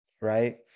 Right